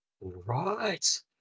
Right